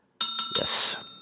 yes